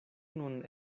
nun